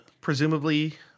presumably